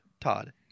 Todd